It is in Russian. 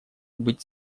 быть